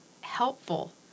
helpful